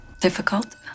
Difficult